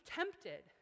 tempted